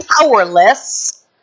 powerless